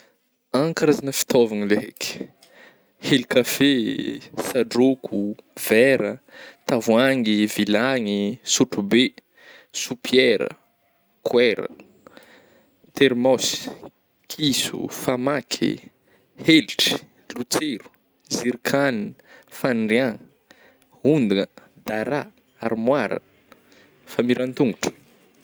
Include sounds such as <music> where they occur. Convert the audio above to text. An karazagna fitaovagna le haiky heli-kafe, sadrôko, vera, tavoahangy, vilagny, sotrobe, sopiera, kohera, thermos, kiso, famaky, helitry, lotsero, zerikagna, fandriagna, hondagna, darà, armoira, famiran-tongotro. <noise>